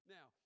Now